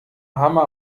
hammer